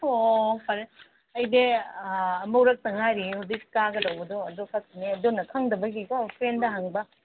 ꯑꯣ ꯐꯔꯦ ꯑꯩꯗꯤ ꯑꯥ ꯑꯃꯨꯔꯛꯇ ꯉꯥꯏꯔꯤꯌꯦ ꯍꯧꯖꯤꯛ ꯀꯥꯒꯗꯧꯕꯗꯣ ꯑꯗꯨ ꯈꯛꯇꯅꯦ ꯑꯗꯨꯅ ꯈꯪꯗꯕꯒꯤꯀꯣ ꯐ꯭ꯔꯦꯟꯗ ꯍꯪꯕ